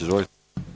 Izvolite.